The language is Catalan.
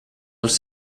als